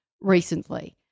recently